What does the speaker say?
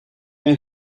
een